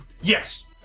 Yes